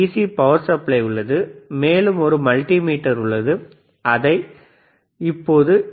C power supply உள்ளது மேலும் ஒரு மல்டிமீட்டர் உள்ளது அவர் அதை இப்பொழுது டி